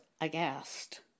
aghast